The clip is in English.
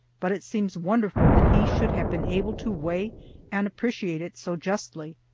but it seems wonderful that he should have been able to weigh and appreciate it so justly.